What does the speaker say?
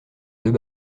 deux